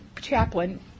chaplain